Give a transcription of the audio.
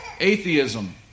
atheism